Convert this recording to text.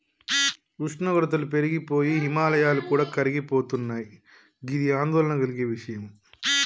ఉష్ణోగ్రతలు పెరిగి పోయి హిమాయాలు కూడా కరిగిపోతున్నయి గిది ఆందోళన కలిగే విషయం